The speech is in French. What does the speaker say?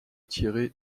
tirer